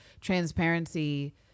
transparency